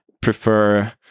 prefer